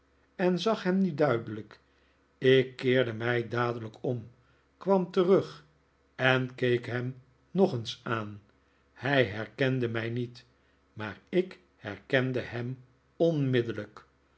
en zag hem nu duidelijk ik keerde mij dadelijk om kwam terug en keek hem nog eens aan hij herkende mij niet maar ik herkende hem onmiddellijk